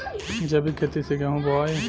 जैविक खेती से गेहूँ बोवाई